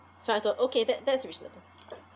so I have to okay that that's reasonable